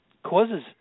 causes